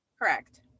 Correct